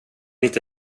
inte